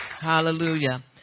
Hallelujah